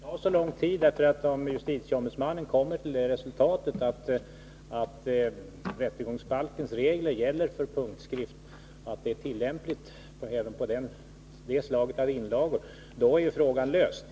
Herr talman! Det behöver kanske inte ta så lång tid. Kommer JO till det resultatet att rättegångsbalkens regler är tillämpliga även då det gäller inlagor skrivna med punktskrift, är ju frågan löst.